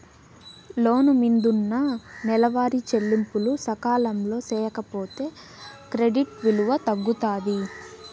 లోను మిందున్న నెలవారీ చెల్లింపులు సకాలంలో సేయకపోతే క్రెడిట్ విలువ తగ్గుతాది